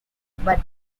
but